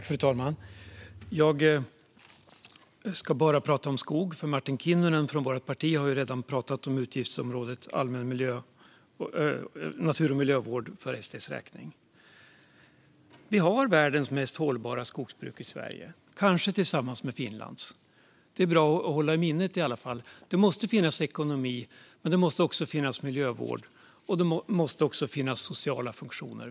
Fru talman! Jag ska bara prata om skog, för Martin Kinnunen från vårt parti har redan pratat om utgiftsområdet Allmän natur och miljövård för SD:s räkning. Vi har världens mest hållbara skogsbruk i Sverige, kanske tillsammans med Finlands. Det kan vara bra att i alla fall hålla i minnet. Det måste finnas ekonomi, men det måste också finnas miljövård - och det måste finnas sociala funktioner.